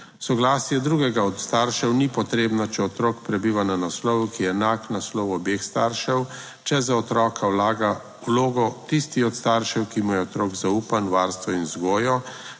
Soglasje drugega od staršev ni potrebno, če otrok prebiva na naslovu, ki je enak naslov obeh staršev, če za otroka vlaga vlogo tisti od staršev, ki mu je otrok zaupan v varstvo in vzgojo,